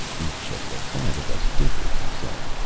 each of the five of us differed, he said.